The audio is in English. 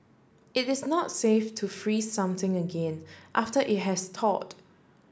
it is not safe to freeze something again after it has thawed